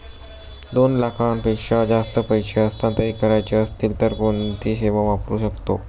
दोन लाखांपेक्षा जास्त पैसे हस्तांतरित करायचे असतील तर कोणती सेवा वापरू शकतो?